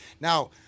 Now